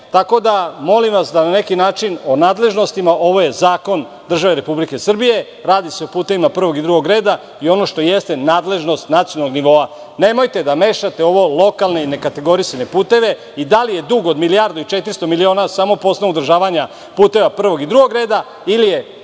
ako želite da pričamo o tome. Ovo je zakon države Republike Srbije. Radi se o putevima prvog i drugog reda i ono što jeste nadležnost nacionalnog nivoa. Nemojte da mešate lokalne i nekategorisane puteve i da li je dug od milijardu i 400 miliona samo po osnovu održavanja puteva prvog i drugog reda ili je